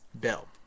Bill